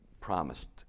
promised